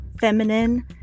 feminine